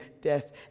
death